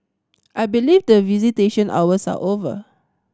I believe the visitation hours are over